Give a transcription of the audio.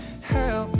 Help